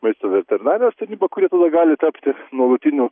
maisto veterinarijos tarnyba kuri gali tapti nuolatiniu